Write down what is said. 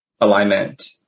alignment